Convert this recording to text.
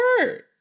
word